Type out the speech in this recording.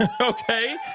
Okay